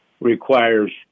requires